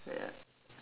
ya